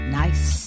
nice